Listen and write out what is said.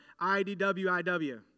IDWIW